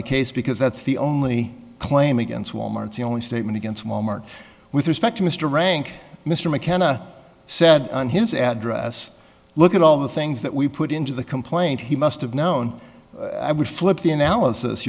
the case because that's the only claim against wal mart the only statement against wal mart with respect to mr rank mr mckenna said in his address look at all the things that we put into the complaint he must have known i would flip the analysis